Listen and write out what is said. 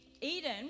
Eden